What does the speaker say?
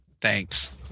thanks